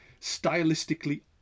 stylistically